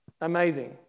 amazing